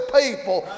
people